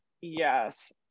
Yes